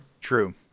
true